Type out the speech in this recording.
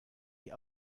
die